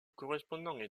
correspond